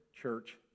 church